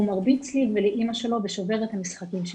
הוא מרביץ לי ולאימא שלו ושובר את המשחקים שלו.